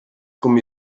gummi